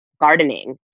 gardening